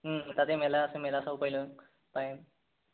তাতে মেলা আছে মেলা চাব পাৰিলোঁ হয় পাৰিম